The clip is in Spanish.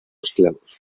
esclavos